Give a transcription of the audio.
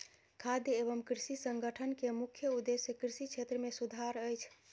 खाद्य एवं कृषि संगठन के मुख्य उदेश्य कृषि क्षेत्र मे सुधार अछि